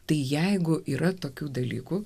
tai jeigu yra tokių dalykų